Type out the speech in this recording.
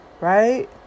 right